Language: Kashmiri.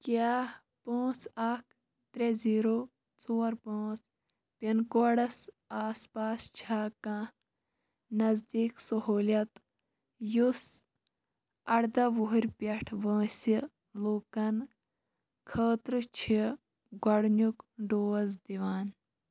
کیٛاہ پانٛژھ اَکھ ترٛےٚ زیٖرو ژور پانٛژھ پِن کوڈَس آس پاس چھا کانٛہہ نزدیٖک سہوٗلیَت یُس اَرداہ وُہُرۍ پٮ۪ٹھ وٲنٛسہِ لوٗکَن خٲطرٕ چھِ گۄڈٕنیُک ڈوز دِوان